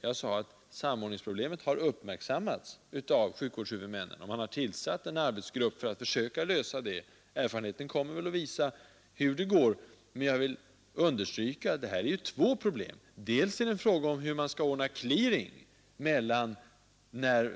Jag sade att samordningsproblemen har uppmärk sammats av sjukvårdshuvudmännen, och man har tillsatt en arbetsgrupp som skall försöka lösa dem. Erfarenheterna kommer att visa hur det går, men jag vill understryka att det här rör sig om två problem. Till att börja med är det fråga om hur man skall ordna clearing — så att